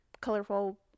colorful